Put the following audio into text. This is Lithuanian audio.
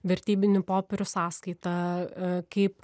vertybinių popierių sąskaitą e kaip